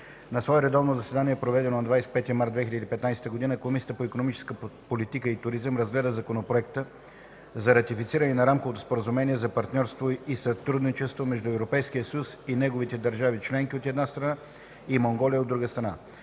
На свое редовно заседание, проведено на 25 март 2015 г., Комисията по икономическа политика и туризъм разгледа Законопроекта за ратифициране на Рамковото споразумение за партньорство и сътрудничество между Европейския съюз и неговите държави членки, от една страна, и Монголия, от друга страна.